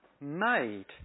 made